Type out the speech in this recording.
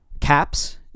caps